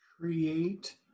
Create